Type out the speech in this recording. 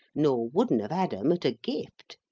nor wouldn't have had em at a gift.